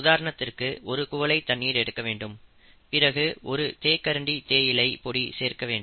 உதாரணத்திற்கு ஒரு குவளை தண்ணீர் எடுக்க வேண்டும் பிறகு ஒரு தேக்கரண்டி தேயிலை பொடி சேர்க்க வேண்டும்